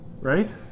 Right